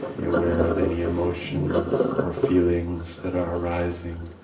be aware of any emotions or feelings that are arising,